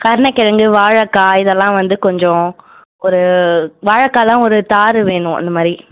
கருணகிழங்கு வாழைக்கா இதெல்லாம் வந்து கொஞ்சம் ஒரு வாழைக்காலாம் ஒரு தார் வேணும் அந்த மாதிரி